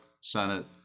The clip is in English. Senate